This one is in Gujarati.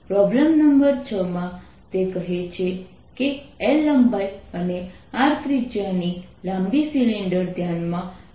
પ્રોબ્લેમ નંબર 6 માં તે કહે છે કે L લંબાઈ અને R ત્રિજ્યા લાંબી સિલિન્ડર ધ્યાનમાં લો